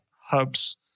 hubs